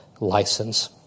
license